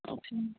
okay